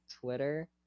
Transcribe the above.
Twitter